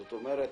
זאת אומרת,